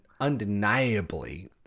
undeniably